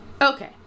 Okay